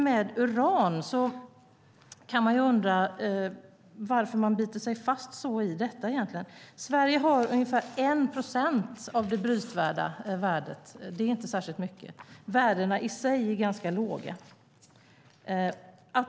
Man kan undra varför man biter sig fast så vid detta med uran. Sverige har ungefär 1 procent av det brytvärda uranet. Det är inte särskilt mycket. Värdena i sig är ganska låga.